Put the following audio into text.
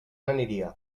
aniria